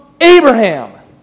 Abraham